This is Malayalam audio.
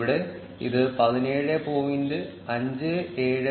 ഇവിടെ ഇത് 17